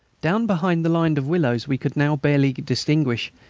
down behind the line of willows we could now barely distinguish,